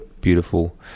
Beautiful